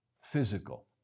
physical